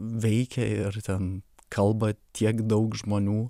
veikia ir ten kalba tiek daug žmonių